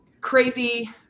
crazy